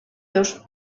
dos